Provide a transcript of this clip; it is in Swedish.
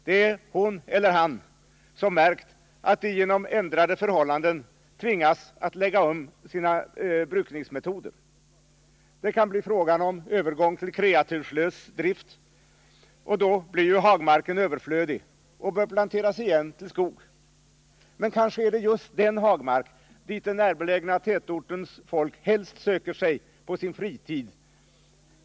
Det är hon eller han som märkt att de genom ändrade förhållanden tvingats att lägga om sina brukningsmetoder. Det kan bli fråga om övergång till kreaturslös drift, och då blir ju hagmarken överflödig och bör planteras igen till skog. Kanske är det just den hagmark dit den närbelägna tätortens folk helst söker sig på sin fritid.